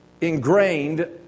ingrained